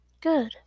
Good